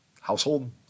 household